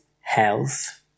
health